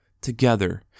together